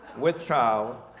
with child,